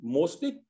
Mostly